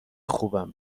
خوبم